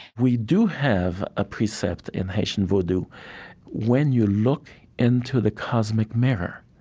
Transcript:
we do have a precept in haitian vodou when you look into the cosmic mirror,